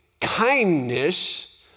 kindness